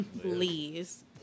Please